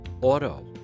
auto